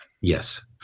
Yes